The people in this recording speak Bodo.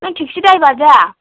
नों टेक्सि द्राइभार दा